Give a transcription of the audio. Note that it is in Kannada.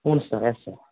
ಹ್ಞೂ ಸರ್ ಎಸ್ ಸರ್